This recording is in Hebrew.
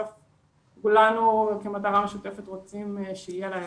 וכולנו כמטרה משותפת רוצים שיהיה להם.